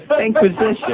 Inquisition